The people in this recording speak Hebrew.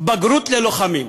בגרות ללוחמים.